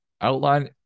outline